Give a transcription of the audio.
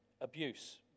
abuse